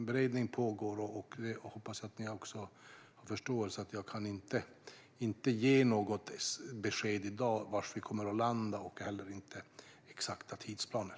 Beredning pågår, så jag hoppas att ni har förståelse för att jag inte kan ge något besked i dag om var vi kommer att landa och heller inte om exakta tidsplaner.